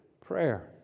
prayer